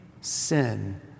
sin